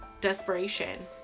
desperation